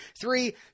three